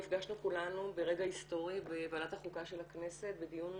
נפגשנו כולנו ברגע היסטורי בוועדת החוקה של הכנסת בדיון